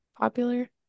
popular